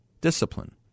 Discipline